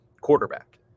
Quarterback